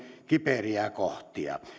kiperiä kohtia